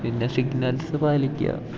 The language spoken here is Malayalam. പിന്നെ സിഗ്നൽസ് പാലിക്കുക